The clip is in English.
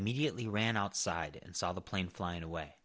immediately ran outside and saw the plane flying away